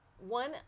one